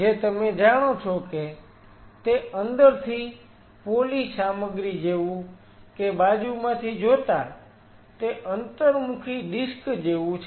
જે તમે જાણો છો કે તે અંદરથી પોલી સામગ્રી જેવું કે બાજુમાંથી જોતા તે અંતર્મુખી ડિસ્ક જેવું છે